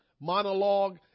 Monologue